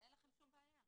אין לכם שום בעיה.